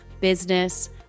business